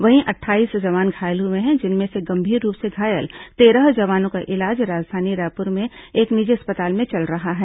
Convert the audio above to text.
वहीं अट्ठाईस अन्य जवान घायल हुए हैं जिनमें से गंभीर रूप से घायल तेरह जवानों का इलाज राजधानी रायपुर के एक निजी अस्पताल में चल रहा है